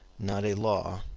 not a law,